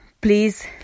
please